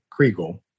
Kriegel